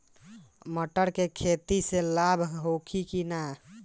मटर के खेती से लाभ होला कि न?